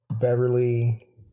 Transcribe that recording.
Beverly